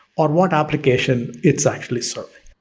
or what application it's actually serving.